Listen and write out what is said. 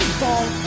fall